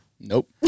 Nope